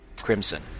crimson